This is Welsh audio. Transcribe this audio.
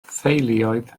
theuluoedd